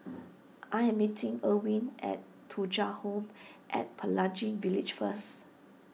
I am meeting Erwin at Thuja Home at Pelangi Village first